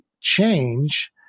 change